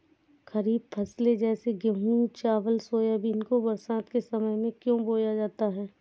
खरीफ फसले जैसे मूंग चावल सोयाबीन को बरसात के समय में क्यो बोया जाता है?